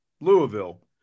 Louisville